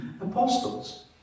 apostles